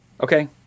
Okay